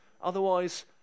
otherwise